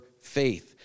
faith